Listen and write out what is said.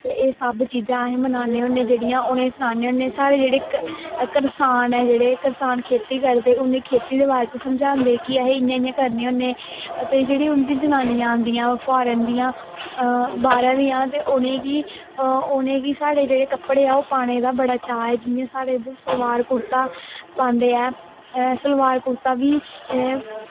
ते एह् सब चीजां अस बनान्ने होन्ने जेह्ड़ियां उनें गी सनान्ने होन्ने साढ़े जेह्ड़े करसान ऐ जेह्ड़े करसान खेत्ती करदे उनेंगी खेत्ती दे बारे च समझांदे कि अस इयां इसां करदे होंदे ते जेह्ड़ी उंदियां जनानियां आंदियां फॉर्न दियां बाह्रा दियां ते उनेंगी साढ़े जेह्ड़े कपड़े ऐ उनें गी पाने दा बड़ा चाऽ ऐ साढ़े इध्दर सलवार कुर्ता पांदे ऐ सलवार कुर्ता बी